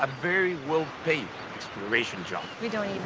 ah very well-paid exploration job. we don't